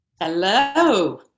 Hello